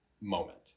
moment